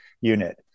unit